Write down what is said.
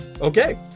Okay